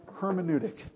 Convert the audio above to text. hermeneutic